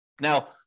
Now